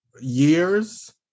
years